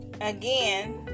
Again